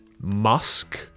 musk